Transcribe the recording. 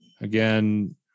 Again